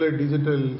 digital